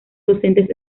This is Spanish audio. docentes